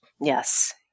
Yes